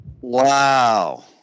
wow